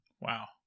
wow